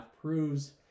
proves